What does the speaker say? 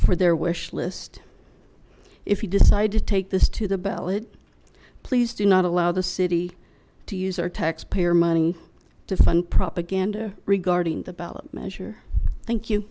for their wish list if you decide to take this to the ballot please do not allow the city to use our taxpayer money to fund propaganda regarding the ballot measure thank you